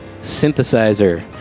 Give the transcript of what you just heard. synthesizer